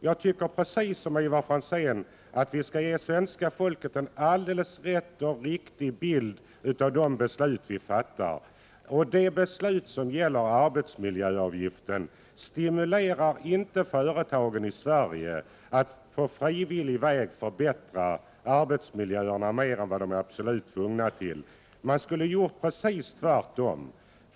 Jag tycker precis som Ivar Franzén att vi skall ge svenska folket en alldeles rätt och riktig bild av de beslut som vi fattar. De beslut som gäller arbetsmiljöavgiften stimulerar inte företagen i Sverige att på frivillig väg förbättra arbetsmiljöerna mer än vad de är absolut tvungna till. Man borde ha gjort precis tvärtom.